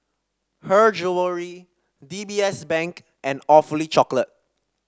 Her Jewellery D B S Bank and Awfully Chocolate